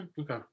okay